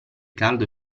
caldo